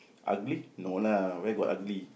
ugly no lah where got ugly